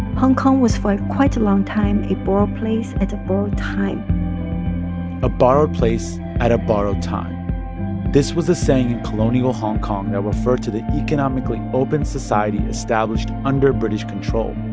hong kong was, for quite a long time, a borrowed place at a borrowed time a borrowed place at a borrowed time this was a saying in colonial hong kong that referred to the economically open society established under british control.